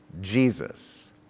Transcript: Jesus